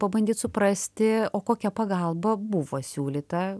pabandyt suprasti o kokia pagalba buvo siūlyta